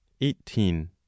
eighteen